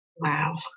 wow